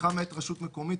תמיכה מאת רשות מקומית,